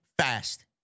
fast